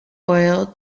oil